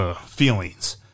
feelings